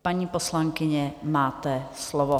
Paní poslankyně, máte slovo.